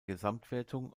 gesamtwertung